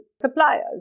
suppliers